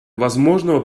возможного